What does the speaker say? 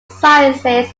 sciences